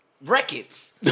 records